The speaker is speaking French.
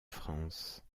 france